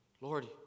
Lord